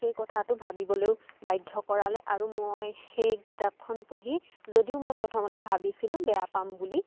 সেই কথাটো ভাৱিবলেও বাধ্য় কৰালে আৰু মই সেই কিতাপখন পঢ়ি যদিও মই প্ৰথমতে ভাবিছিলোঁ বেয়া পাম বুলি